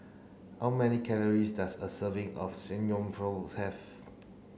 how many calories does a serving of Samgyeopsal have